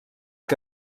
que